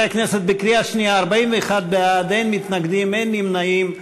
בקריאה שנייה: בעד, 41, אין מתנגדים ואין נמנעים.